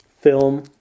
Film